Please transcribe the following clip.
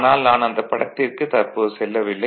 ஆனால் நான் அந்தப் படத்திற்கு தற்போது செல்லவில்லை